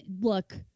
look